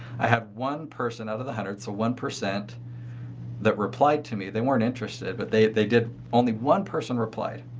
i had one person out of the hundreds. so, one percent that replied to me. they weren't interested but they they did. only one person replied.